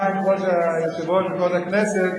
למען כבוד היושב-ראש וכבוד הכנסת,